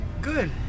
Good